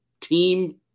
team